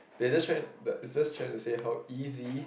they just try he just trying to say how easy